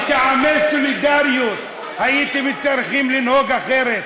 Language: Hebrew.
מטעמי סולידריות הייתם צריכים לנהוג אחרת.